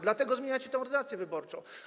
Dlatego zmieniacie tę ordynację wyborczą.